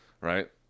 Right